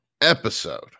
episode